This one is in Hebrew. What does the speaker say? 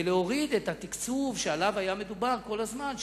ולהוריד את התקצוב שעליו היה מדובר כל הזמן,